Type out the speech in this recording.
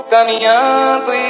Caminhando